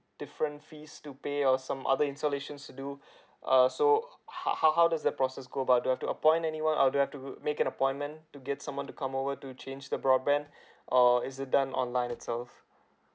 different fees to pay or some other installations to do uh so how how how does the process go about do I've to appoint anyone or do I've to make an appointment to get someone to come over to change the broadband or is it done online itself